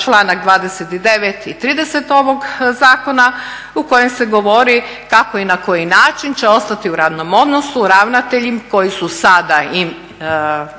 članak 29. i 30. ovog zakona u kojem se govori kako i na koji način će ostati u radnom odnosu ravnatelji koji su sada i